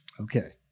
Okay